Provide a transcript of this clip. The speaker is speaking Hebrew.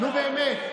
נו, באמת.